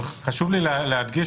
אבל חשוב לי להדגיש,